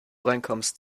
reinkommst